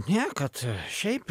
ne kad šiaip